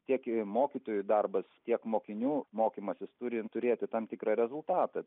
tiek ir mokytojų darbas tiek mokinių mokymasis turi turėti tam tikrą rezultatą